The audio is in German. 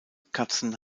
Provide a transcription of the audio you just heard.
katzen